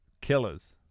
killers